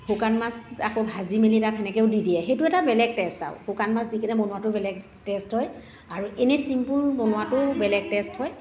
শুকান মাছ আকৌ ভাজি মেলি তাত সেনেকৈও দি দিয়ে সেইটো এটা বেলেগ টেষ্ট আৰু শুকান মাছ দিকেনে বনোৱাটো বেলেগ টেষ্ট হয় আৰু এনে চিম্পুল বনোৱাটোও বেলেগ টেষ্ট হয়